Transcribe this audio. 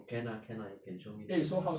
can lah can lah you can show me next time